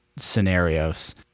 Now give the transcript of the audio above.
scenarios